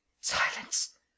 silence